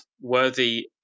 worthy